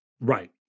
Right